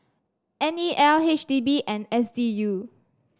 N E L H D B and S D U